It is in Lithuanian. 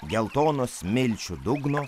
geltono smilčių dugno